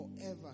forever